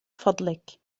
فضلك